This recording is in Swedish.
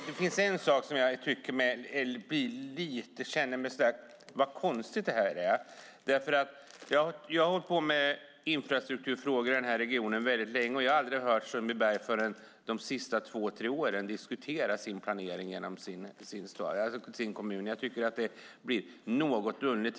Herr talman! Vad konstigt det här är. Jag har hållit på med infrastrukturfrågor i denna region länge och jag har aldrig hört Sundbyberg diskuteras i planeringen förrän de senaste två tre åren. Det blir underligt.